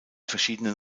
verschiedenen